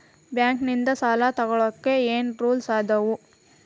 Bank ನಿಂದ್ ಸಾಲ ತೊಗೋಳಕ್ಕೆ ಏನ್ ರೂಲ್ಸ್ ಅದಾವ?